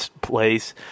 place